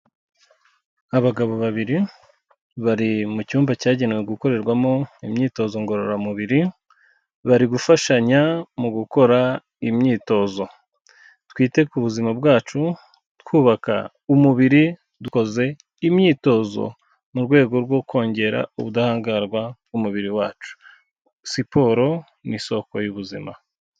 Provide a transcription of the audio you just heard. Abagabo babiri bari mu cyumba cyagenewe gukorerwamo imyitozo ngororamubiri, bari gufashanya mu gukora imyitozo, twite ku buzima bwacu twubaka umubiri dukoze imyitozo mu rwego rwo kongera ubudahangarwa bw'umubiri wacu, siporo n'isoko y'ubuzima.